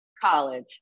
college